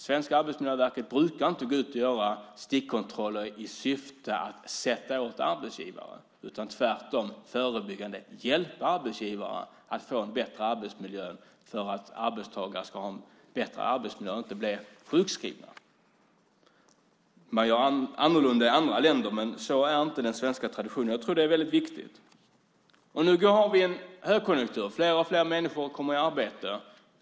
Svenska Arbetsmiljöverket brukar inte gå ut och göra stickkontroller i syfte att sätta åt arbetsgivare utan tvärtom förebyggande hjälpa arbetsgivare att förbättra arbetsmiljön för att arbetstagare ska ha en bättre arbetsmiljö och inte ska behöva bli sjukskrivna. Man gör annorlunda i andra länder, men så är inte den svenska traditionen. Jag tror att det är väldigt viktigt. Nu har vi en högkonjunktur, och fler och fler människor kommer i arbete.